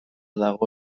dago